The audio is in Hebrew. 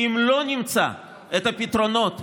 כי אם לא נמצא את הפתרונות,